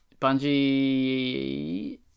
Bungie